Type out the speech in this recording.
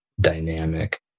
dynamic